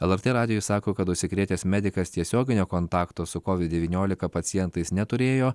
lrt radijui sako kad užsikrėtęs medikas tiesioginio kontakto su kovid devyniolika pacientais neturėjo